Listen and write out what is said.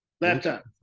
Laptop